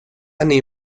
annie